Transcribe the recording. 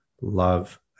love